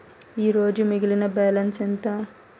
ఈరోజు మిగిలిన బ్యాలెన్స్ ఎంత?